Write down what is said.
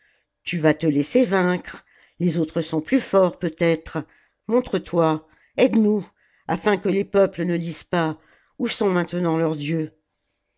tu vas te laisser vaincre les autres sont plus forts peut-être montre-toi aide nous afin que les peuples ne disent pas oii sont maintenant leurs dieux